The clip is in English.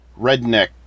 redneck